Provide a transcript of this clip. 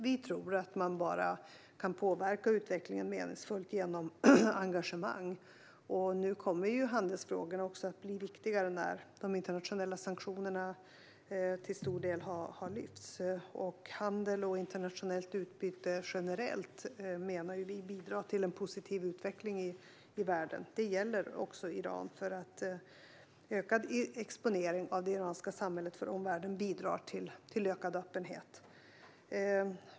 Vi tror att man bara kan påverka utvecklingen meningsfullt genom engagemang, och handelsfrågorna kommer att bli viktigare när de internationella sanktionerna till stor del lyfts. Handel och internationellt utbyte generellt menar vi bidrar till en positiv utveckling i världen. Det gäller också Iran. Ökad exponering av det iranska samhället för omvärlden bidrar till ökad öppenhet.